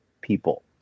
people